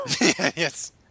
Yes